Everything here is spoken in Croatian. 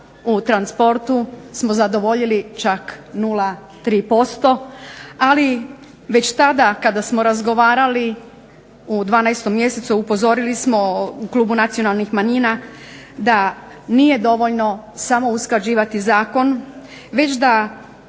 u transportu smo zadovoljili čak 0,3f%, ali već tada kada smo razgovarali u 12. mjesecu upozorili smo u klubu nacionalnih manjina da nije dovoljno samo usklađivati zakon, već da